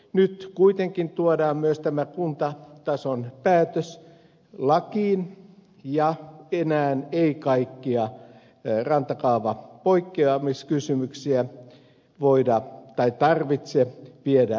nyt kuitenkin tuodaan myös tämä kuntatason päätös lakiin ja enää ei kaikkia rantakaavapoikkeamiskysymyksiä tarvitse viedä elyyn